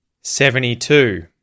Seventy-two